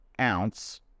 ounce